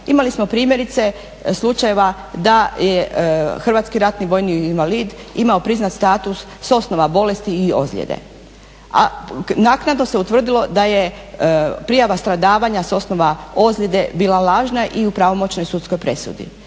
Imali smo primjerice slučajeva da je HRVI imao priznat status s osnova bolesti i ozljede. A naknadno se utvrdilo da je prijava stradavanja s osnova ozljede bila lažna i u pravomoćnoj sudskoj presudi.